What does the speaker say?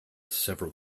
several